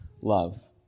love